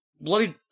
bloody